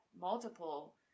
multiple